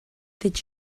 did